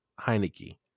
Heineke